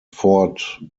fort